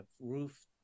roof